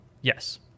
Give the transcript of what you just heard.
yes